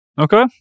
Okay